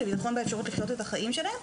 זה ביטחון באפשרות לחיות את החיים שלהם,